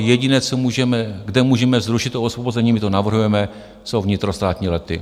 Jediné, co můžeme, kde můžeme zrušit to osvobození a my to navrhujeme jsou vnitrostátní lety.